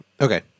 Okay